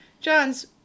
John's